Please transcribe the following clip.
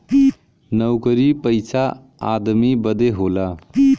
नउकरी पइसा आदमी बदे होला